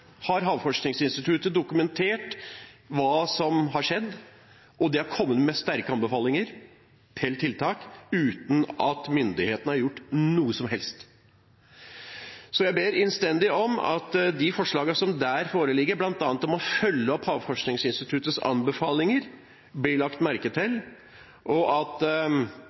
har Havforskningsinstituttet dokumentert hva som har skjedd, og de har kommet med sterke anbefalinger til tiltak uten at myndighetene har gjort noe som helst. Så jeg ber innstendig om at de forslagene som der foreligger, bl.a. om å følge opp Havforskningsinstituttets anbefalinger, blir lagt merke til, og at